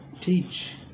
teach